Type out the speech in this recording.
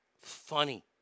funny